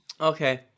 Okay